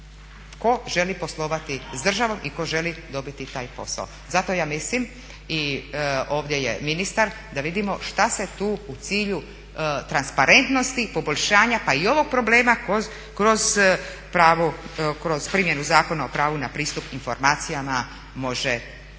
tko želi poslovati s državom i tko želi dobiti taj posao. Zato ja mislim i ovdje je ministar da vidimo šta se tu u cilju transparentnosti, poboljšanja pa i ovog problema kroz pravo, kroz primjenu Zakona o pravu na pristup informacijama može doprinijeti